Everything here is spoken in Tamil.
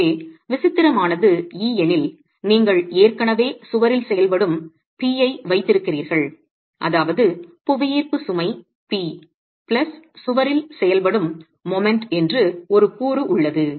எனவே விசித்திரமானது e எனில் நீங்கள் ஏற்கனவே சுவரில் செயல்படும் P ஐ வைத்திருக்கிறீர்கள் அதாவது புவியீர்ப்பு சுமை P பிளஸ் சுவரில் செயல்படும் மொமென்ட் என்று ஒரு கூறு உள்ளது